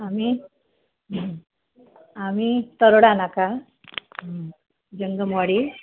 आम्ही आम्ही तरोडा नाका हं जंगमवाडी